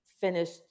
finished